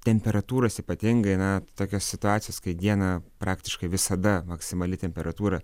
temperatūros ypatingai na tokios situacijos kai dieną praktiškai visada maksimali temperatūra